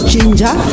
Ginger